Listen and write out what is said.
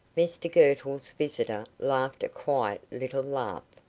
mr girtle's visitor laughed a quiet little laugh.